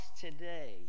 today